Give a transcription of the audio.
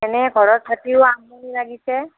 এনেই ঘৰত থাকিও আমনি লাগিছে